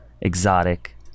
exotic